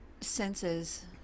senses